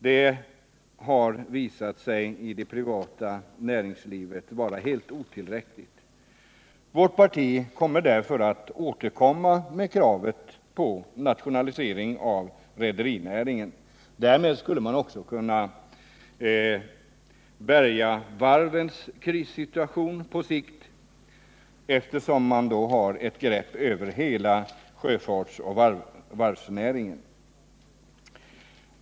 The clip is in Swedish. Det har i det privata näringslivet visat sig vara helt otillräckligt. Vårt parti kommer därför att återkomma med kravet på nationalisering av rederinäringen. Därmed skulle man också kunna börja ta itu med varvens krissituation på sikt, eftersom man då har grepp över hela sjöfartsoch varvsnäringen.